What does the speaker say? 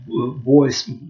voice